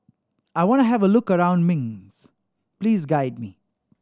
I want to have a look around Minsk please guide me